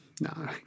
No